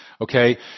Okay